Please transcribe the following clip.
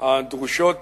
הדרושות